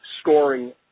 scoring